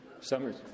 Summers